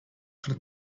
von